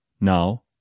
Now